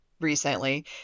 recently